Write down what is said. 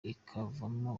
ikavamo